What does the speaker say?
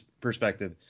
perspective